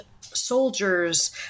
soldiers